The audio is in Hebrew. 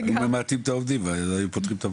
היו ממעטים את העובדים ואז היו פותרים את הבעיה.